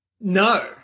No